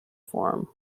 form